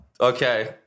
Okay